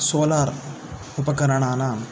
solar उपकरणानां